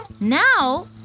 Now